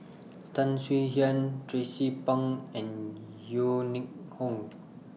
Tan Swie Hian Tracie Pang and Yeo Ning Hong